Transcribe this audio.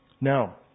Now